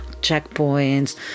checkpoints